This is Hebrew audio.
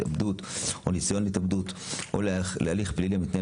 התאבדות או ניסיון התאבדות או להליך פלילי שמתנהל